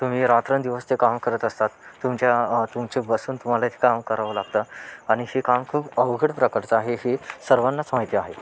तुम्ही रात्रंदिवस ते काम करत असतात तुमच्या तुमचा हे काम करावं लागतं आणि हे काम खूप अवघड प्रकारचं आहे हे सर्वांनाच माहिती आहे